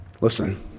Listen